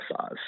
size